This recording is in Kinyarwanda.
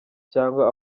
cyangwa